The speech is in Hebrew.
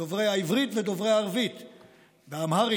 דוברי העברית, דוברי הערבית והאמהרית,